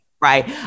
right